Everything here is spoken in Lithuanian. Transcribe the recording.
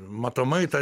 matomai tą